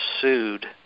sued –